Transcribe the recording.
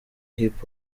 hip